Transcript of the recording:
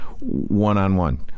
one-on-one